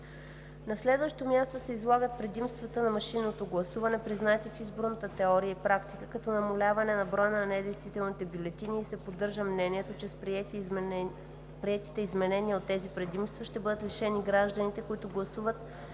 На следващо място, излагат се предимствата на машинното гласуване, признати в изборната теория и практика, като намаляване броя на недействителните бюлетини и се поддържа мнението, че с приетите изменения от тези предимства ще бъдат лишени гражданите, които гласуват